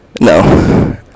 No